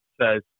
says